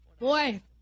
Boy